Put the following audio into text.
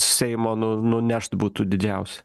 seimo nu nunešt būtų didžiausia